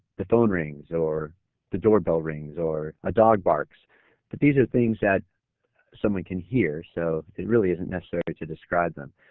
the phone rings or the door bell rings or a dog barks but these are things that someone can hear so really isn't necessary to describe them.